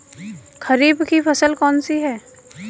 खरीफ की फसल कौन सी है?